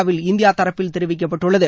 will India தரப்பில் தெரிவிக்கப்பட்டுள்ளது